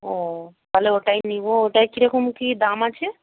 ও তাহলে ওটাই নেব ওটায় কীরকম কী দাম আছে